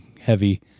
heavy